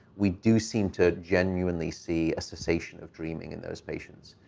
we do seem to genuinely see a cessation of dreaming in those patients.